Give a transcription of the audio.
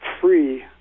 free